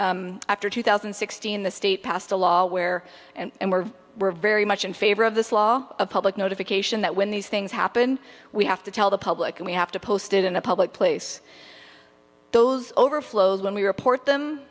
after two thousand and sixteen the state passed a law where and we're very much in favor of this law of public notification that when these things happen we have to tell the public and we have to post it in a public place those overflows when we report them